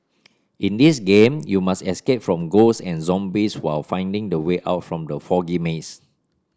in this game you must escape from ghosts and zombies while finding the way out from the foggy maze